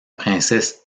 princesse